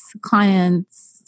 clients